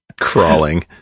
crawling